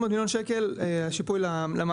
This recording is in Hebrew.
300 מיליון שקלים, שיפוי למעסיקים.